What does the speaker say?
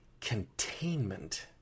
Containment